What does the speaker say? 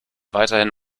weiterhin